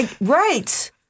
right